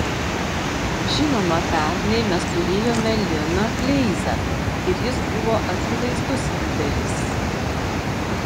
žinoma pernai mes turėjome liną kleizą ir jis buvo akivaizdus lyderis